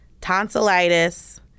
tonsillitis